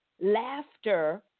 laughter